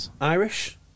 Irish